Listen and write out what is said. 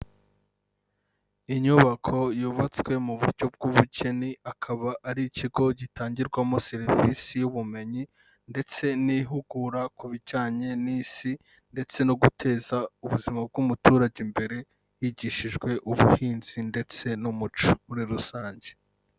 Inyubako yubatswe mu buryo bw'ubugeni, akaba ari ikigo gitangirwamo serivisi y'ubumenyi ndetse n'ihugura ku bijyanye n'Isi ndetse no guteza ubuzima bw'umuturage imbere, higishijwe ubuhinzi ndetse n'umuco muri rusange.